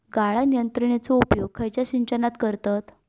गाळण यंत्रनेचो उपयोग खयच्या सिंचनात करतत?